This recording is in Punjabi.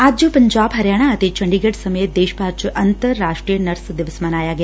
ਅੱਜ ਪੰਜਾਬ ਹਰਿਆਣਾ ਅਤੇ ਚੰਡੀਗੜ੍ ਸਮੇਤ ਦੇਸ਼ ਭਰ ਚ ਅੰਤਰ ਰਾਸ਼ਟਰੀ ਨਰਸ ਦਿਵਸ ਮਨਾਇਆ ਗਿਆ